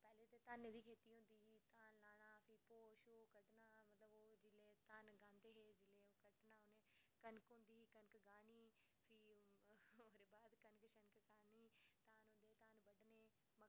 धाने दी कीती दी होंदी ते धान लाना ते भी भोऽ ते धान गाहंदे हे कनक होंदी ही कनक गाह्नी ते भी उम्रभर कनक गाह्नी ते धान बड्डने ते मक्कां